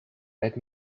let